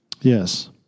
Yes